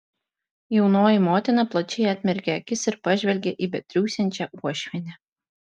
jaunoji motina plačiai atmerkė akis ir pažvelgė į betriūsiančią uošvienę